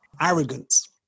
arrogance